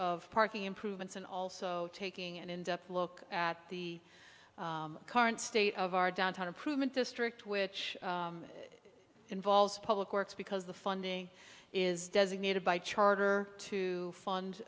of parking improvements and also taking an in depth look at the current state of our downtown improvement district which involves public works because the funding is designated by charter to fund